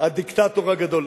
הדיקטטור הגדול.